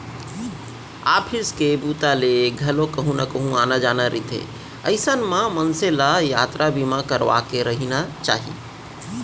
office के बूता ले घलोक कहूँ न कहूँ आना जाना रहिथे अइसन म मनसे ल यातरा बीमा करवाके रहिना चाही